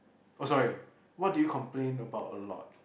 oh sorry what do you complain about a lot